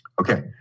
Okay